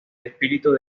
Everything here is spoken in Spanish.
espíritu